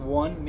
one